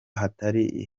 hatari